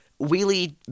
Wheelie